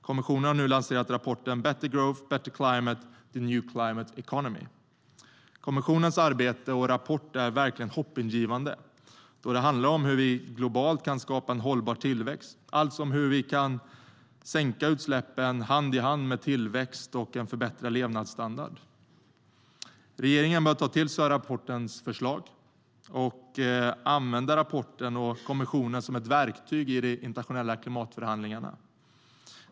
Kommissionen har nu lanserat rapporten Better Growth , Better Climate : The New Climate Economy . Kommissionens arbete och rapport är verkligen hoppingivande, då de handlar om hur vi globalt kan skapa en hållbar tillväxt - alltså hur sjunkande utsläpp kan gå hand i hand med tillväxt och en förbättrad levnadsstandard. Regeringen bör ta till sig rapportens förslag och använda rapporten och kommissionen som ett verktyg i de internationella klimatförhandlingarna.